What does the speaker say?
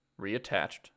reattached